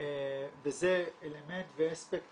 וזה אלמנט ואספקט